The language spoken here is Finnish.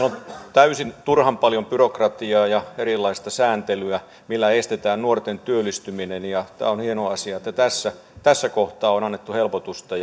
täysin turhan paljon byrokratiaa ja erilaista sääntelyä millä estetään nuorten työllistyminen tämä on hieno asia että tässä tässä kohtaa on annettu helpotusta